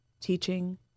teaching